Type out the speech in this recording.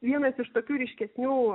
vienas iš tokių ryškesnių